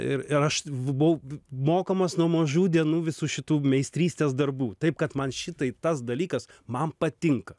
ir ir aš buvau mokamas nuo mažų dienų visų šitų meistrystės darbų taip kad man šitai tas dalykas man patinka